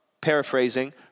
paraphrasing